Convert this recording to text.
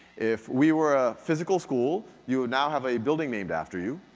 if we were a physical school, you would now have a building named after you.